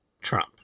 Trump